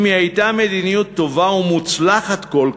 אם היא הייתה מדיניות טובה ומוצלחת כל כך,